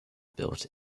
built